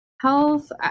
health